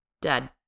dead